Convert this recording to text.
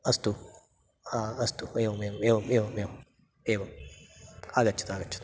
अस्तु हा अस्तु एवं एवं एवं एवं एवं एवम् आगच्छतु आगच्छतु